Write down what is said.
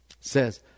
says